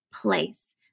place